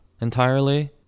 entirely